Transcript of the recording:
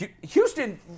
Houston